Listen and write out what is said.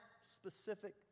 specific